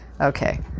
Okay